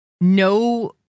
no